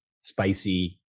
spicy